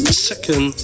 Second